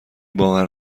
باور